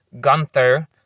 Gunther